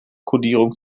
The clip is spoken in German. kodierung